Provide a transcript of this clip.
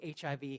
HIV